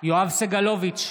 יואב סגלוביץ'